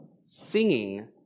Singing